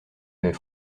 avait